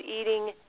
eating